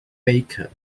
baker